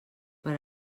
per